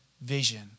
vision